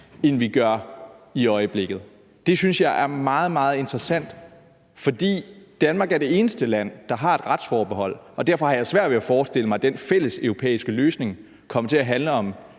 end vi gør i øjeblikket? Det synes jeg er meget, meget interessant, for Danmark er det eneste land, der har et retsforbehold, og derfor har jeg svært ved at forestille mig. at den fælleseuropæiske løsning kommer til at handle om